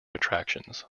attractions